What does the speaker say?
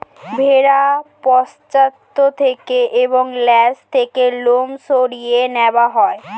ভেড়ার পশ্চাৎ থেকে এবং লেজ থেকে লোম সরিয়ে নেওয়া হয়